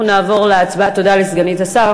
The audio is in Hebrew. תודה לסגנית השר.